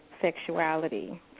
sexuality